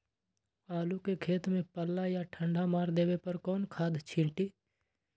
आलू के खेत में पल्ला या ठंडा मार देवे पर कौन खाद छींटी?